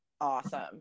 Awesome